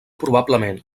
probablement